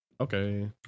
Okay